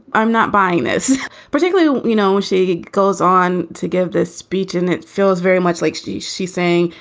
i'm not buying this particularly. you know, she goes on to give this speech and it feels very much like she's she saying,